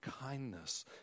kindness